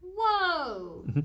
Whoa